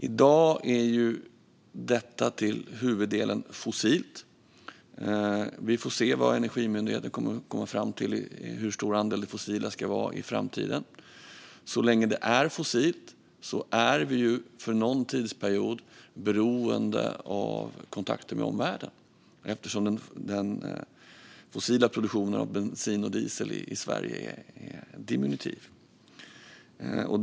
I dag är detta till huvuddelen fossilt. Vi får se vad Energimyndigheten kommer att komma fram till när det gäller hur stor andel det fossila ska vara i framtiden. Så länge det är fossilt är vi för någon tidsperiod beroende av kontakter med omvärlden eftersom den fossila produktionen i Sverige av bensin och diesel är diminutiv.